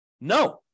No